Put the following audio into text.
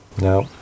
No